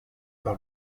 par